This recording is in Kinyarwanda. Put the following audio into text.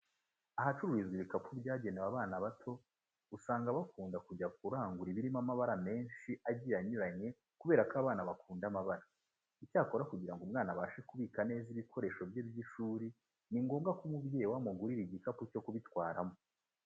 Ahacururizwa ibikapu byagenewe abana bato, usanga bakunda kujya kurangura ibirimo amabara menshi agiye anyuranye kubera ko abana bakunda amabara. Icyakora kugira ngo umwana abashe kubika neza ibikoresho bye by'ishuri, ni ngombwa ko umubyeyi we amugurira igikapu cyo kubitwaramo.